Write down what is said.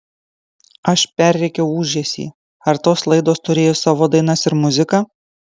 aš perrėkiau ūžesį ar tos laidos turėjo savo dainas ir muziką